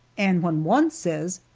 and when one says,